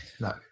no